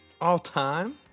All-time